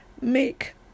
Make